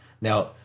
Now